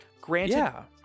Granted